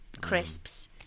crisps